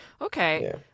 Okay